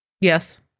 Yes